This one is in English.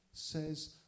says